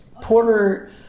Porter